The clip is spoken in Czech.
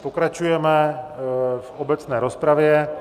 Pokračujeme v obecné rozpravě.